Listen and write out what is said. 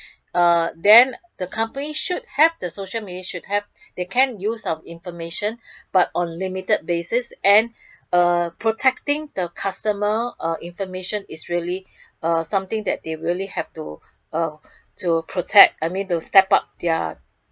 uh then the company should have the social media should have they can use information but on limited basis and uh protecting the customer uh information is really uh something that they will really have to uh to protect I mean to step up their